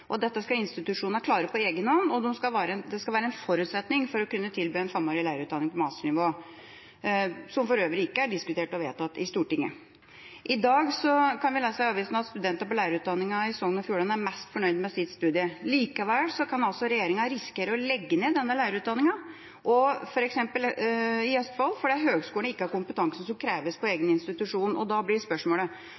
og engelsk. Dette skal institusjonene klare på egen hånd, og det skal være en forutsetning for å kunne tilby en femårig lærerutdanning på masternivå, som for øvrig ikke er diskutert og vedtatt i Stortinget. I dag kan vi lese i avisen at studenter på lærerutdanninga i Sogn og Fjordane er mest fornøyd med sitt studium. Likevel kan regjeringa risikere å legge ned denne lærerutdanninga og f.eks. den i Østfold, fordi høgskolene ikke har kompetanse som kreves på egen